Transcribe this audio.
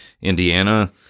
Indiana